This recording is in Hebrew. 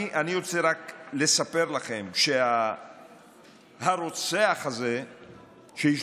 אני רק רוצה לספר לכם שהרוצח הזה שהשתחרר,